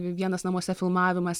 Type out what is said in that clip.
vienas namuose filmavimas